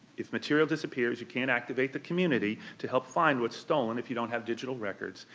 if material disappears you can't activate the community to help find what's stolen if you don't have digital records,